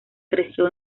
creció